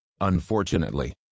unfortunately